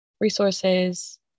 resources